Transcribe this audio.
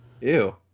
Ew